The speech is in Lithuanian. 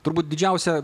turbūt didžiausia